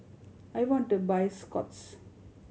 I want to buy Scott's